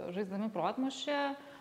žaisdami protmūšį